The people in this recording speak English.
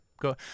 go